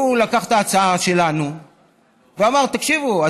שהוא לקח את ההצעה שלנו ואמר: תקשיבו,